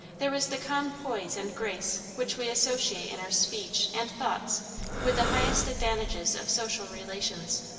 there was the calm poise and grace which we associate in our speech and thoughts with the highest advantages of social relations.